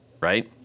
right